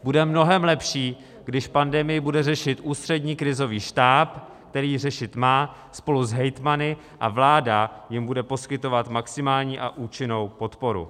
Bude mnohem lepší, když pandemii bude řešit Ústřední krizový štáb, který ji řešit má spolu s hejtmany, a vláda jim bude poskytovat maximální a účinnou podporu.